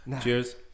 Cheers